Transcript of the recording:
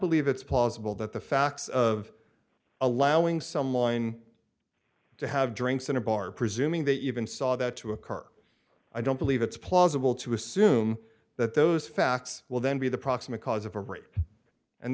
believe it's plausible that the facts of allowing some line to have drinks in a bar presuming they even saw that to occur i don't believe it's plausible to assume that those facts will then be the proximate cause of a rape and